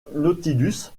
nautilus